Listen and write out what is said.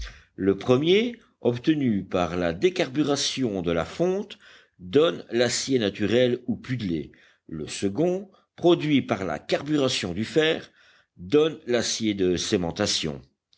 le premier obtenu par la décarburation de la fonte donne l'acier naturel ou puddlé le second produit par la carburation du fer donne l'acier de cémentation